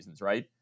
right